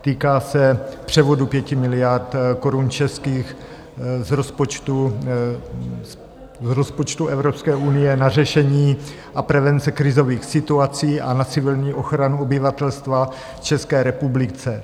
Týká se převodu 5 miliard korun českých z rozpočtu Evropské unie na řešení a prevence krizových situací a na civilní ochranu obyvatelstva v České republice.